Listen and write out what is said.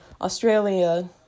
australia